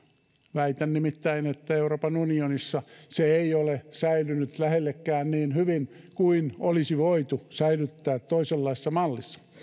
väitän nimittäin että euroopan unionissa se ei ole säilynyt lähellekään niin hyvin kuin se olisi voitu säilyttää toisenlaisessa mallissa